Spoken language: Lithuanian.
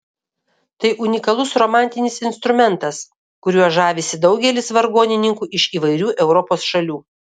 tai unikalus romantinis instrumentas kuriuo žavisi daugelis vargonininkų iš įvairių europos šalių